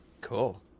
Cool